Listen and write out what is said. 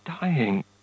dying